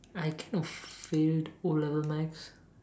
I kind of failed O level maths